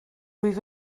wyf